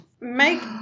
Make